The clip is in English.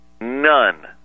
none